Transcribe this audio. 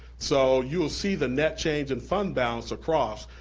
so you will see the net change in fund balance across.